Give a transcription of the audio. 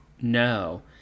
No